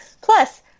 Plus